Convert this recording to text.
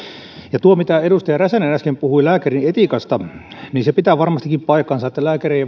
ja tuo mitä edustaja räsänen äsken puhui lääkärin etiikasta pitää varmastikin paikkansa että lääkäri